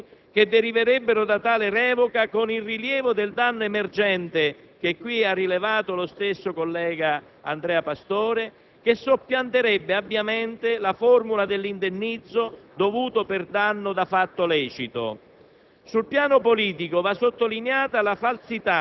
Non parliamo poi degli oneri per contenziosi che deriverebbero da tale revoca con il rilievo del danno emergente - qui rilevato dallo stesso collega Pastore - che soppianterebbe ampiamente la formula dell'indennizzo dovuto per danno da fatto lecito.